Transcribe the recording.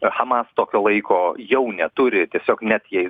hamas tokio laiko jau neturi tiesiog net jei